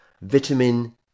vitamin